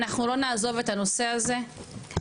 אנחנו לא נעזוב את הנושא הזה,